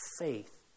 faith